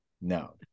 no